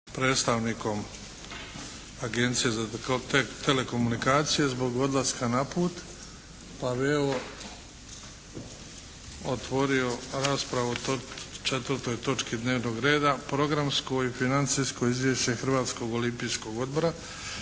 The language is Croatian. predstavnikom Agencije za telekomunikacije zbog odlaska na put pa bi evo otvorio raspravu o četvrtoj točki dnevnog reda - Programsko i financijsko Izvješće Hrvatskog olimpijskog odbora